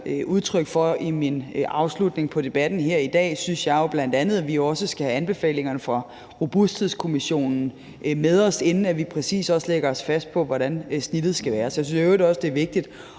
udtryk for i min afsluttende tale i debatten her i dag, synes jeg jo, at vi bl.a. skal have anbefalingerne fra Robusthedskommissionen med, inden vi præcis lægger os fast på, hvor snittet skal lægges. Jeg synes i øvrigt også, at det er vigtigt